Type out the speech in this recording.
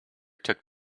took